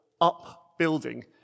upbuilding